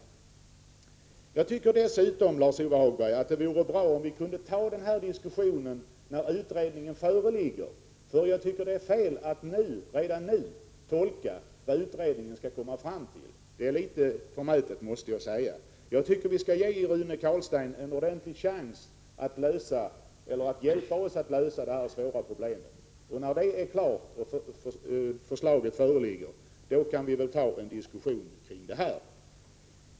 Dessutom tycker jag, Lars-Ove Hagberg, att det vore bra om vi kunde ta upp den diskussionen när utredningen är klar. Jag menar nämligen att det är fel att redan nu uttolka vad utredningen har att komma fram till. Jag måste säga att det är litet förmätet att göra en sådan tolkning. Jag tycker att vi skall ge Rune Carlstein en ordentlig chans. Det gäller ju för honom att hjälpa oss att lösa det här svåra problemet. När förslaget väl föreligger kan vi, som sagt, ta upp en diskussion i dessa frågor.